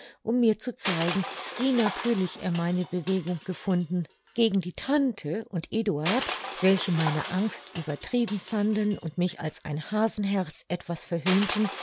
um mir zu zeigen wie natürlich er meine bewegung gefunden gegen die tante und eduard welche meine angst übertrieben fanden und mich als ein hasenherz etwas verhöhnten